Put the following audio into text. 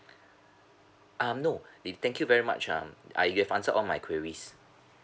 um no it thank you very much um you have answered all my queries